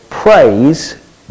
Praise